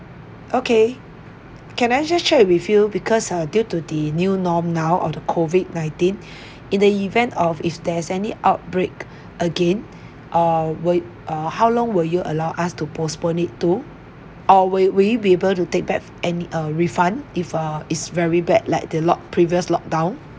okay can I just check with you because uh due to the new norm now of the COVID nineteen in the event of if there's any outbreak again err will err how long will you allow us to postpone it to or will it will it be able to take back any uh refund if uh is very bad like the lock previous locked down